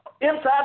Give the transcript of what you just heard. inside